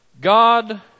God